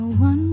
one